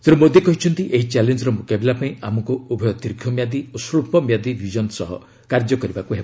ଶ୍ରୀ ମୋଦୀ କହିଛନ୍ତି ଏହି ଚ୍ୟାଲେଞ୍ଜର ମୁକାବିଲା ପାଇଁ ଆମକୁ ଉଭୟ ଦୀର୍ଘ ମିଆଦି ଓ ସ୍ୱଚ୍ଚ ମିଆଦି ବିଜନ ସହ କାର୍ଯ୍ୟ କରିବାକୁ ହେବ